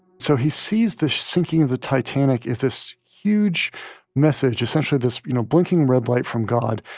so he sees the sinking of the titanic as this huge message, essentially this, you know, blinking, red light from god,